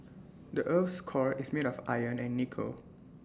the Earth's core is made of iron and nickel